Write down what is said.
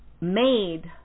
made